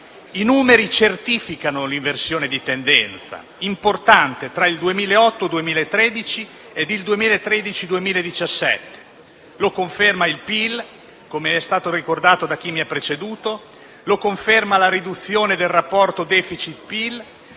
I numeri certificano l'inversione di tendenza importante tra il 2008 e il 2013, il 2013 e il 2017. Lo conferma il PIL, come è stato ricordato da chi mi ha preceduto; lo conferma la riduzione del rapporto *deficit*-PIL;